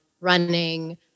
running